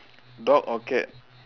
dog or cat